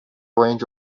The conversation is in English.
range